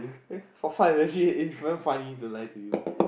for fun legit is damn funny to lie to you